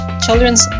children's